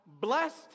blessed